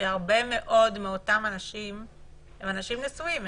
שהרבה מאוד מאותם אנשים הם אנשים נשואים.